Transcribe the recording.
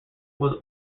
was